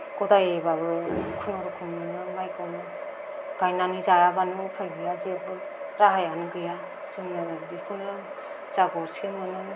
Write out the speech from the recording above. गदायबाबो खुनुरुखुम नोङो माइखौ गायनानै जायाबानो उफाय गैया जेबो राहायानो गैया जोंनालाय बेखौनो जा गरसे मोनो